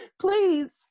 please